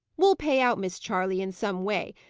we'll pay out miss charley in some way,